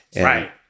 Right